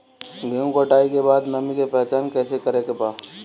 गेहूं कटाई के बाद नमी के पहचान कैसे करेके बा?